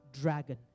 dragon